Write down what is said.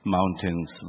Mountains